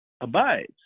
abides